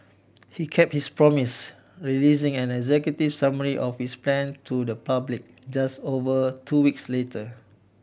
he kept his promise releasing an executive summary of his plan to the public just over two weeks later